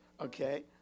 okay